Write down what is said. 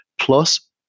Plus